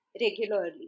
regularly